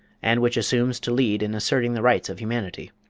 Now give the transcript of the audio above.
and which assumes to lead in asserting the rights of humanity